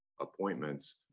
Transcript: appointments